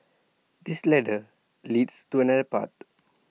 this ladder leads to another path